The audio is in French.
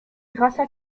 gracia